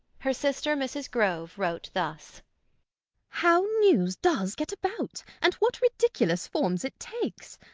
her sister, mrs. grove, wrote thus how news does get about! and what ridiculous forms it takes!